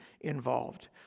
involved